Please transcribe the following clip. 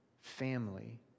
family